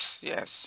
Yes